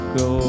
go